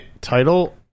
title